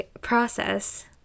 process